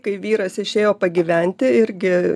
kai vyras išėjo pagyventi irgi